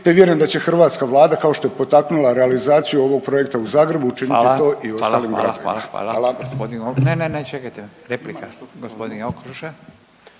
te vjerujem da će hrvatska vlada kao što je potaknula realizaciju ovog projekta u Zagrebu učiniti to i u ostalim gradovima. Hvala. **Radin, Furio (Nezavisni)** Hvala, gospodin, ne, ne, čekajte replika, gospodin Okroša.